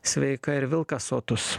sveika ir vilkas sotus